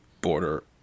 border